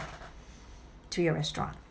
to your restaurant